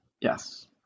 yes